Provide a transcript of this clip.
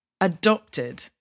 adopted